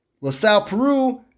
LaSalle-Peru